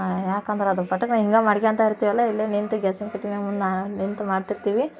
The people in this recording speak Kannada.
ಯಾಕಂದ್ರೆ ಅದು ಪಟಕ್ನೆ ಹಿಂಗೆ ಮಾಡ್ಕಂತ ಇರ್ತೀವಲ್ಲ ಇಲ್ಲೇ ನಿಂತು ಗ್ಯಾಸಿನ ಕಟ್ಟೆ ಮೇಲ್ ಮುಂದೆ ನಾವೇ ನಿಂತು ಮಾಡ್ತಿರ್ತೀವಿ